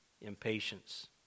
impatience